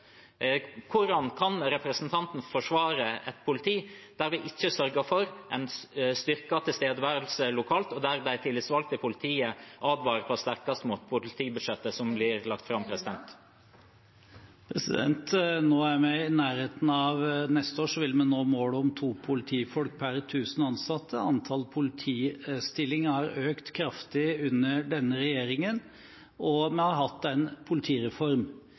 Hvordan kan representanten forsvare et politi der vi ikke sørger for en styrket tilstedeværelse lokalt, og der de tillitsvalgte i politiet advarer på det sterkeste mot politibudsjettet som blir lagt fram? Neste år vil vi nå målet om to politifolk per 1 000 innbyggere. Antall politistillinger har økt kraftig under denne regjeringen, og vi har hatt en politireform.